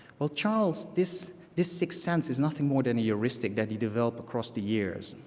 well, charles, this this sixth sense is nothing more than a heuristic that he developed across the years.